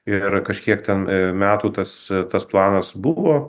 ir kažkiek ten metų tas tas planas buvo